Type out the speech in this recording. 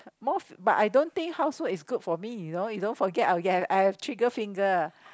most but I don't think housework is good for me you know you don't forget I'll get I have trigger finger